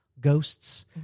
ghosts